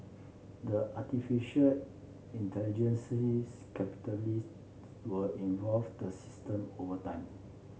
the artificial intelligence's capitalist will involve the system over time